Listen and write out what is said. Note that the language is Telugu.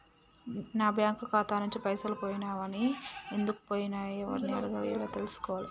నా బ్యాంకు ఖాతా నుంచి పైసలు పోయినయ్ అవి ఎందుకు పోయినయ్ ఎవరిని అడగాలి ఎలా తెలుసుకోవాలి?